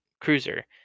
cruiser